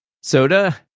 Soda